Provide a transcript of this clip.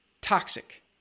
toxic